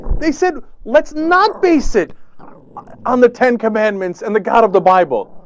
they said, let's not base it on the ten commandments and the god of the bible.